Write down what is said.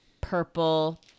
purple